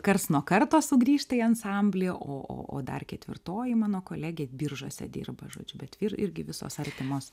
karts nuo karto sugrįžta į ansamblį o o o dar ketvirtoji mano kolegė biržuose dirba žodžiu bet ir irgi visos artimos